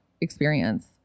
experience